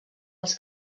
els